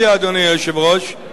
אדוני היושב-ראש,